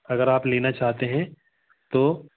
अगर आप लेना चाहते हैं तो